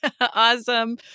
Awesome